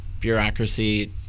Bureaucracy